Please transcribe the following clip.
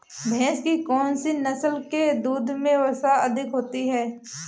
भैंस की कौनसी नस्ल के दूध में वसा अधिक होती है?